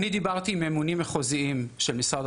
אני דיברתי עם ממונים מחוזיים של משרד